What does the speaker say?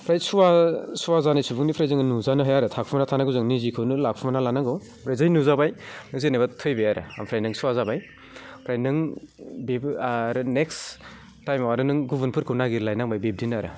ओमफ्राय सुवा सुवा जानाय सुबुंनिफ्राय जोङो नुजानो हाया आरो थाखुमाना थानांगो जों निजिखौनो लाखुमाना लानांगौ ओमफ्राय जै नुजाबाय जेनेबा थैबाय आरो ओमफ्राय नों सुवा जाबाय ओमफ्राय नों बेबो आरो नेक्स्ट टाइमाव आरो नों गुबुनफोरखौ नागिरलायनांबाय बिब्दिनो आरो